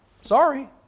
Sorry